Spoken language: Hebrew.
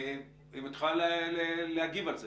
האם תוכלי להגיב על זה?